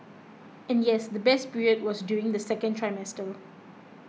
and yes the best period was during the second trimester